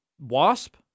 WASP